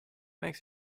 makes